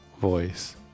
voice